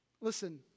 Listen